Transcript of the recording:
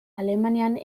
alemanian